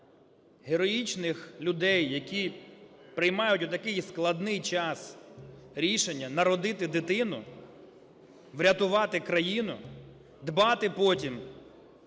героїчних людей, які приймають в отакий складний час рішення народити дитину, врятувати країну, дбати потім,